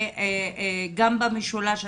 גם במשולש הדרומי.